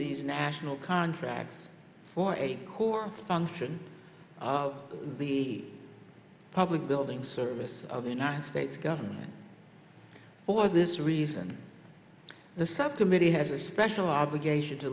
these national contracts for a core function of the public building service of the united states government for this reason the subcommittee has a special obligation to